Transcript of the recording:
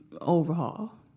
overhaul